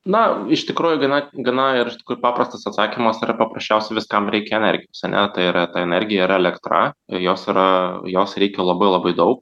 na iš tikrojų gana gana ir paprastas atsakymas yra paprasčiausia viskam reikia energijos ane tai yra ta energija yra elektra jos yra jos reikia labai labai daug